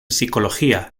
psicología